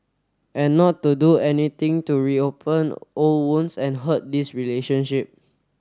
and not to do anything to reopen old wounds and hurt this relationship